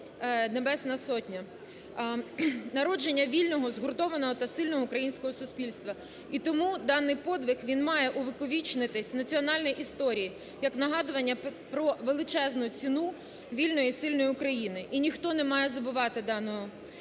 Небесна Сотня, народження вільного, згуртованого та сильного українського суспільства. І тому даний подвиг, він має увіковічнитися в національній історії, як нагадування про величезну ціну вільної і сильної України, і ніхто не має забувати даного.